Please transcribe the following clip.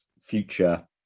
future